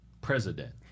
President